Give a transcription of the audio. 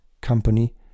company